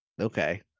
Okay